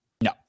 No